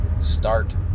start